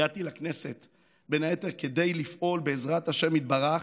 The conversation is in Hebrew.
הגעתי לכנסת בין היתר כדי לפעול, בעזרת השם יתברך,